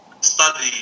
study